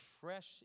fresh